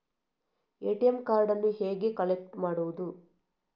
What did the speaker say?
ATM ಕಾರ್ಡನ್ನು ಹೇಗೆ collect ಮಾಡುವುದು?